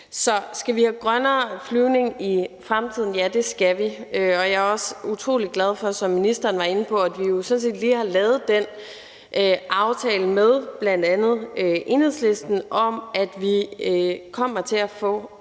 Så skal vi have grønnere flyvning i fremtiden? Ja, det skal vi, og jeg er også utrolig glad for, som ministeren var inde på, at vi jo sådan set lige har lavet den aftale med bl.a. Enhedslisten om, at vi kommer til at få